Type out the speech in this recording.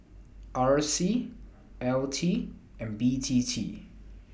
R C L T and B T T